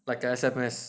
like a S_M_S